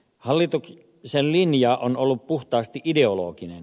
hallituksen linja on ollut puhtaasti ideologinen